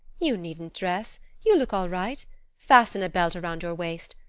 you needn't dress you look all right fasten a belt around your waist.